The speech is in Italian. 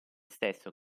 stesso